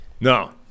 No